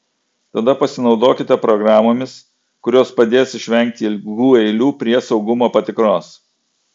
tada pasinaudokite programomis kurios padės išvengti ilgų eilių prie saugumo patikros